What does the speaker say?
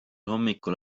hommikul